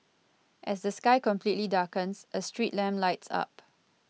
as the sky completely darkens a street lamp lights up